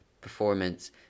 performance